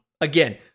Again